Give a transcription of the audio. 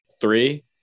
Three